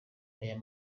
aya